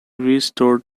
restored